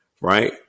right